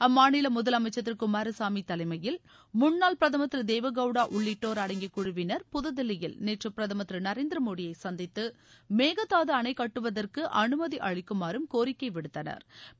அம்மாநில முதலமைச்சள் திரு குமாரசாமி தலைமையில் முன்னாள் பிரதமர் திரு தேவகவுடா உள்ளிட்டோர் அடங்கிய குழுவினர் புதுதில்லியில் நேற்று பிரதமர் திரு நரேந்திர மோடியை சந்தித்து மேகதாது அணைக் கட்டுவதற்கு அனுமதி அளிக்குமாறும் கோரிக்கை விடுத்தனா்